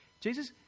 Jesus